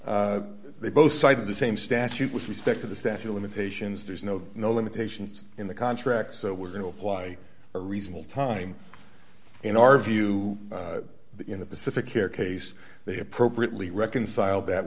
case they both side of the same statute with respect to the statue of limitations there's no no limitations in the contract so we're going to apply a reasonable time in our view in the pacific here case they appropriately reconcile that